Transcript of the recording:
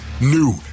new